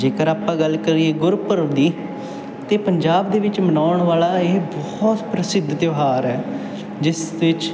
ਜੇਕਰ ਆਪਾਂ ਗੱਲ ਕਰੀਏ ਗੁਰਪੁਰਬ ਦੀ ਤਾਂ ਪੰਜਾਬ ਦੇ ਵਿੱਚ ਮਨਾਉਣ ਵਾਲਾ ਇਹ ਬਹੁਤ ਪ੍ਰਸਿੱਧ ਤਿਉਹਾਰ ਹੈ ਜਿਸ ਵਿੱਚ